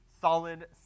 solid